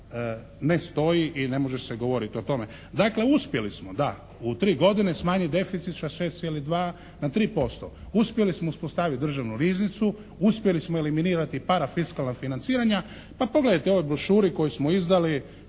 ne stoji i ne može se govoriti o tome. Dakle, uspjeli smo, da, u tri godine smanjiti deficit sa 6,2 na 3%. Uspjeli smo uspostaviti Državnu riznicu, uspjeli smo eliminirati parafiskalna financiranja. Pa pogledajte u ovoj brošuri koju smo izdali,